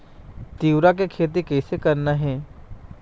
तिऊरा के खेती कइसे करना हे?